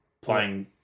playing